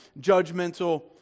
judgmental